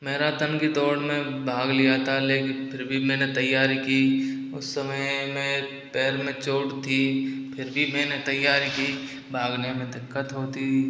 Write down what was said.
marathon की दौड़ में भाग लिया था लेकिन फिर भी मैंने तैयारी की उस समय मैं पैर में चोट थी फिर भी मैंने तैयारी की भागने में दिक्कत होती